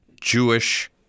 Jewish